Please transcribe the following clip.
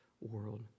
world